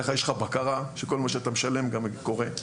ככה יש לך בקרה שכל מה שאתה משלם גם קורה.